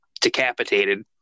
decapitated